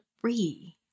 Three